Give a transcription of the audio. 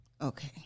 Okay